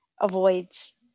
avoids